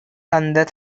தந்த